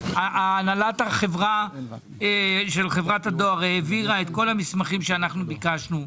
והנהלת חברת הדואר העבירה את כל המסמכים שאנחנו ביקשנו,